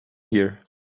here